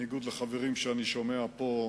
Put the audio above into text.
בניגוד לחברים שאני שומע פה,